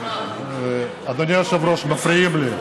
אדוני היושב-ראש, מפריעים לי.